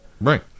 Right